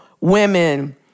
women